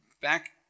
Back